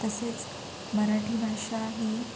तसेच मराठी भाषा ही